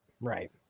right